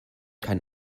kann